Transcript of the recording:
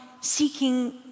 seeking